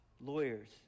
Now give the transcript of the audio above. lawyers